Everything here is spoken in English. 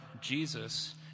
Jesus